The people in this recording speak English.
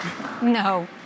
No